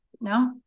no